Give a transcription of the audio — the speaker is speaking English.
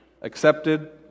accepted